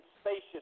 spacious